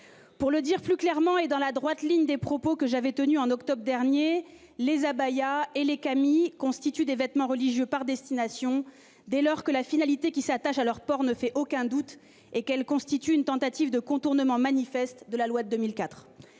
Pour le dire plus clairement et dans la droite ligne des propos que j'avais tenu en octobre dernier, les abayas et les qamis constituent des vêtements religieux par destination dès lors que la finalité qui s'attachent à leur port ne fait aucun doute et qu'elle constitue une tentative de contournement manifeste de la loi de 2004.